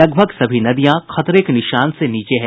लगभग सभी नदियां खतरे के निशान से नीचे है